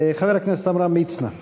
חבר הכנסת עמרם מצנע.